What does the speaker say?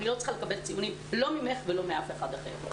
אני לא צריכה לקבל ציונים לא ממך ולא מאף אחד אחר.